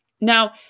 Now